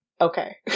Okay